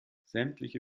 sämtliche